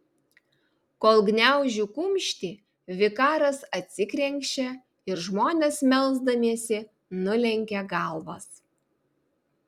kol gniaužiu kumštį vikaras atsikrenkščia ir žmonės melsdamiesi nulenkia galvas